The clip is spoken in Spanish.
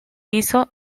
hizo